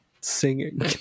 singing